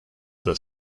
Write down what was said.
the